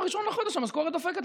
ב-1 בחודש המשכורת דופקת,